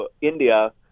India